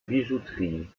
bijouterie